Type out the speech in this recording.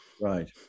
Right